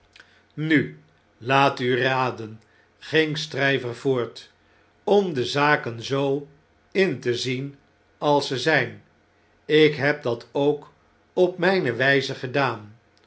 nu laat u raden ging stryver voort om de zaken zoo in te zien als ze zijn ik heb dat ook op mpe wjjze gedaan